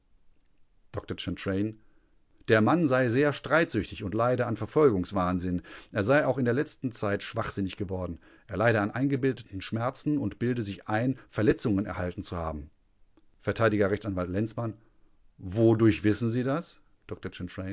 dr chantraine der mann sei sehr streitsüchtig und leide an verfolgungswahnsinn er sei auch in der letzten zeit schwachsinnig geworden er leide an eingebildeten schmerzen und bilde sich ein verletzungen erhalten zu haben vert rechtsanwalt lenzmann wodurch wissen sie das